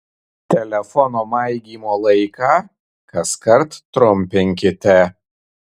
telefono maigymo laiką kaskart trumpinkite